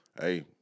hey